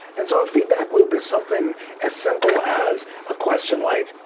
and so, a feedback loop is something as simple as a question like,